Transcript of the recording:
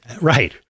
Right